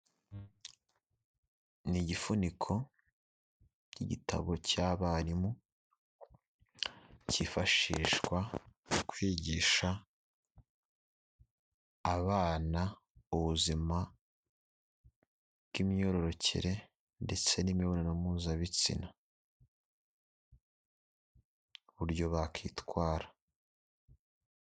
Ni igifuniko cy'igitabo cy'abarimu, cyifashishwa mu kwigisha abana ubuzima bw'imyororokere ndetse n'imibonano mpuzabitsina, uburyo bakwitwara.